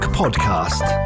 podcast